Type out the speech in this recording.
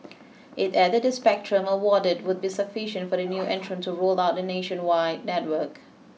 it added the spectrum awarded would be sufficient for the new entrant to roll out a nationwide network